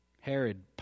Herod